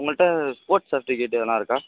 உங்ககிட்டே sports certificate எதான இருக்கா